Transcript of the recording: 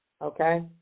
Okay